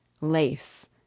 Lace